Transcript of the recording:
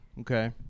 okay